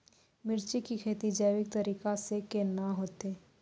मिर्ची की खेती जैविक तरीका से के ना होते?